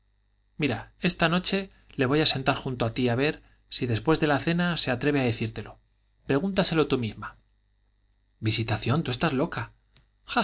mira esta noche le voy a sentar junto a ti a ver si después de la cena se atreve a decírtelo pregúntaselo tú misma visitación tú estás loca